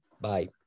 Bye